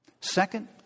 Second